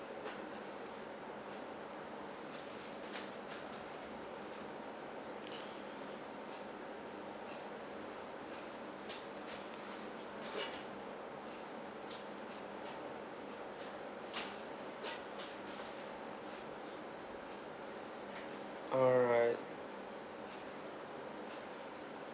alright